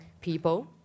people